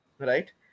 Right